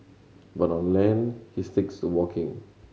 but on land he sticks to walking